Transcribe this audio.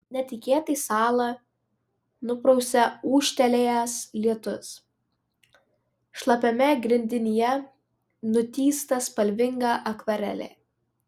netikėtai salą nuprausia ūžtelėjęs lietus šlapiame grindinyje nutįsta spalvinga akvarelė